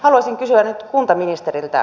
haluaisin kysyä kuntaministeriltä